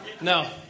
No